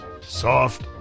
Soft